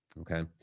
Okay